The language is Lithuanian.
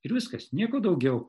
ir viskas nieko daugiau